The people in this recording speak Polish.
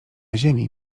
ziemi